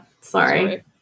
Sorry